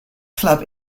club